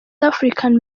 african